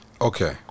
Okay